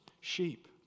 sheep